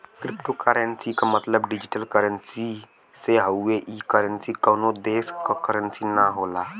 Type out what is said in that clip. cryptocurrency क मतलब digital currency से हउवे ई करेंसी कउनो देश क करेंसी न होला